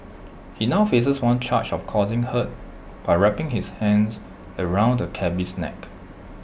he now faces one charge of causing hurt by wrapping his hands around the cabby's neck